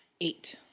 Eight